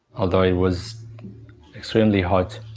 although it was extremely hot